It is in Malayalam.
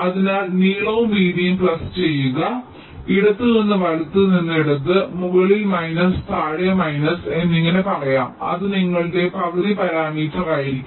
അതിനാൽ നീളവും വീതിയും ചെയുക അതിനാൽ ഇടത്തുനിന്ന് വലത് നിന്ന് ഇടത് മുകളിൽ മൈനസ് താഴെ മൈനസ് എന്നിങ്ങനെ പറയാം അത് നിങ്ങളുടെ പകുതി പരാമീറ്ററായിരിക്കും